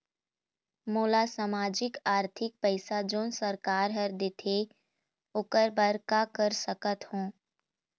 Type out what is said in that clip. मोला सामाजिक आरथिक पैसा जोन सरकार हर देथे ओकर बर का कर सकत हो?